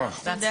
הישיבה ננעלה